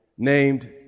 Named